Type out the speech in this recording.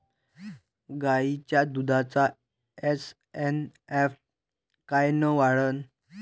गायीच्या दुधाचा एस.एन.एफ कायनं वाढन?